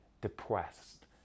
depressed